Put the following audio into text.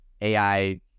AI